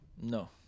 No